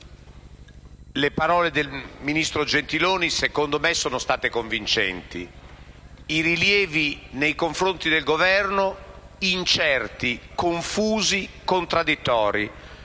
le parole del ministro Gentiloni Silveri, a mio avviso, sono state convincenti; i rilievi nei confronti del Governo incerti, confusi, contraddittori.